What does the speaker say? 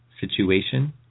situation